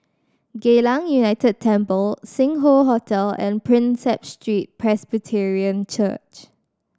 Geylang United Temple Sing Hoe Hotel and Prinsep Street Presbyterian Church